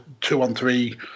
two-on-three